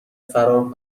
فرار